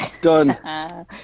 done